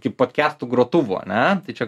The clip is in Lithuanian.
kaip podkestų grotuvų ane tai čia